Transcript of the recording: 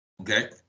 Okay